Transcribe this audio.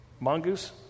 Mongoose